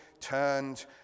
turned